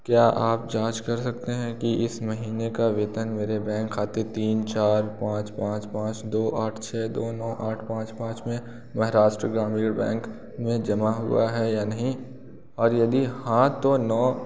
क्या आप जाँच कर सकते हैं कि इस महीने का वेतन मेरे बैंक खाते तीन चार पाँच पाँच पाँच दो आठ छः दो नौ आठ पाँच पाँच में महाराष्ट्र ग्रामीण बैंक में जमा हुआ है या नहीं और यदि हाँ तो नौ